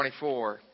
24